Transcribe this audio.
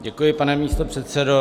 Děkuji, pane místopředsedo.